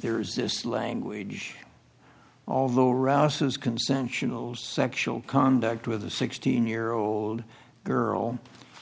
there is this language although rouses consensual sexual conduct with a sixteen year old girl